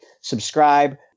subscribe